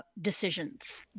decisions